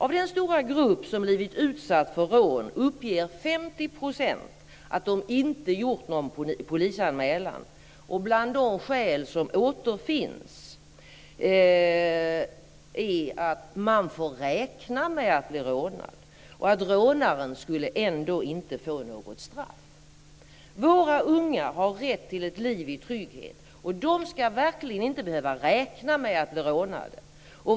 Av den stora grupp som blivit utsatt för rån uppger 50 % att de inte gjort någon polisanmälan, och bland de skäl som återfinns är att "man får räkna med att bli rånad" och att "rånaren skulle ändå inte få något straff". Våra unga har rätt till ett liv i trygghet, och de ska verkligen inte behöva räkna med att bli rånade.